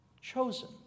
chosen